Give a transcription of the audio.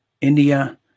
India